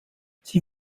sie